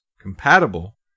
compatible